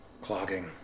clogging